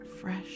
fresh